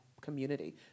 community